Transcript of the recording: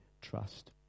trust